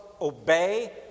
obey